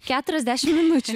keturiasdešim minučių